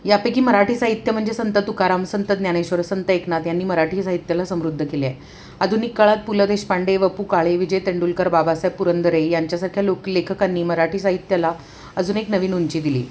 यापैकी मराठी साहित्य म्हणजे संत तुकाराम संत ज्ञानेश्वर संत एकनाथ यांनी मराठी साहित्याला समृद्ध केले आहे आधुनिक काळात पु ल देशपांडे वपू काळे विजय तेंडुलकर बाबासाहेब पुरंदरे यांच्यासारख्या लोक लेखकांनी मराठी साहित्याला अजून एक नवीन उंची दिली